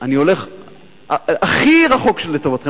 אני הולך הכי רחוק לטובתכם,